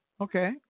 Okay